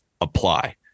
apply